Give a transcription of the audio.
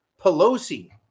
Pelosi